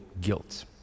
guilt